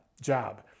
job